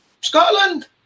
Scotland